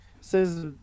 says